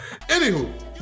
Anywho